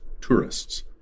tourists